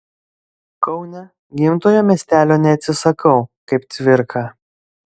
kaune gimtojo miestelio neatsisakau kaip cvirka